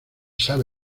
sabe